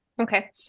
Okay